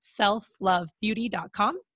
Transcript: selflovebeauty.com